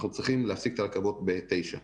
אנחנו צריכים להפסיק את הרכבות ב-21:00.